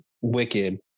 Wicked